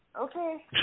Okay